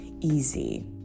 easy